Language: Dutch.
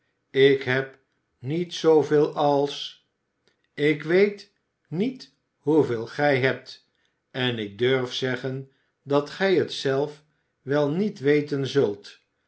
ik heb niet zooveel als ik weet niet hoeveel gij hebt en ik durf zeggen dat gij het zelf wel niet weten zult